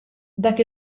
dak